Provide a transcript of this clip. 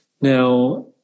Now